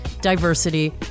diversity